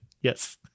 Yes